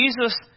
Jesus